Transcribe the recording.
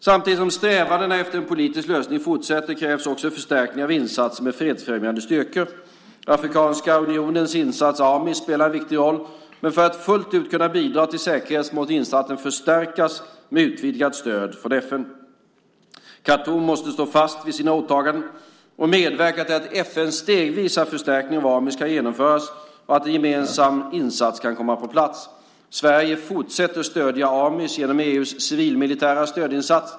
Samtidigt som strävandena efter en politisk lösning fortsätter, krävs också förstärkning av insatserna med fredsfrämjande styrkor. Afrikanska unionens insats AMIS spelar en viktig roll, men för att fullt ut kunna bidra till säkerhet måste insatsen förstärkas med utvidgat stöd från FN. Khartoum måste stå fast vid sina åtaganden och medverka till att FN:s stegvisa förstärkning av AMIS kan genomföras och att en gemensam insats kan komma på plats. Sverige fortsätter att stödja AMIS genom EU:s civilmilitära stödinsats.